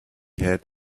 had